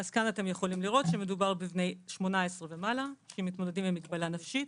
כאן אתם יכולים לראות שמדובר בבני 18 ומעלה שמתמודדים עם מגבלה נפשית,